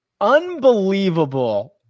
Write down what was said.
Unbelievable